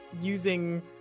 using